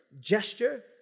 gesture